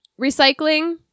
recycling